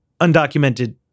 undocumented